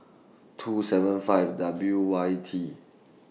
two seven five W Y T